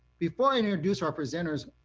before i introduce our presenters,